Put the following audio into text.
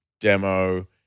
demo